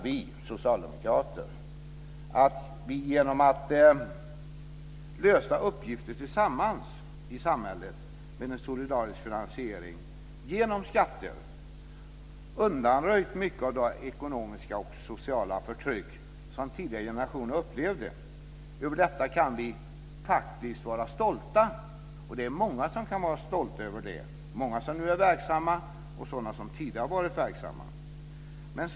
Vi socialdemokrater menar att vi genom att lösa uppgifter i samhället tillsammans med en solidarisk finansiering genom skatter har undanröjt mycket av det ekonomiska och sociala förtryck som tidigare generationer upplevde. Över detta kan vi faktiskt vara stolta, och det är många som kan vara det, många som nu är verksamma och många som tidigare har varit verksamma.